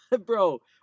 Bro